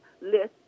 list